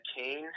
Kane